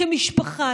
כמשפחה,